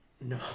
No